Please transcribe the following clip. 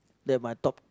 that my top